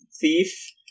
thief